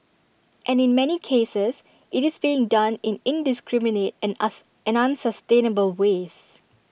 and in many cases IT is being done in indiscriminate and ask an unsustainable ways